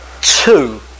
two